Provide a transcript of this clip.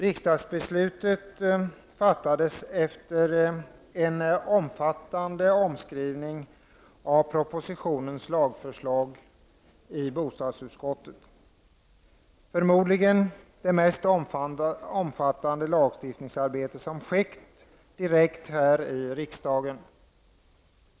Riksdagsbeslutet fattades efter en omfattande omskrivning i bostadsutskottet av lagförslaget i propositionen. Det är förmodligen det mest omfattande lagstiftningsarbete som skett direkt här i riksdagen.